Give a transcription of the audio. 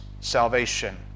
salvation